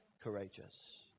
courageous